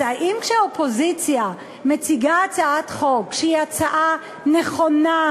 אז האם כשאופוזיציה מציגה הצעת חוק שהיא הצעה נכונה,